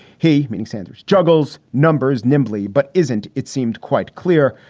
he, meaning sanders, juggles numbers nimbly. but isn't it seemed quite clear,